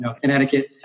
Connecticut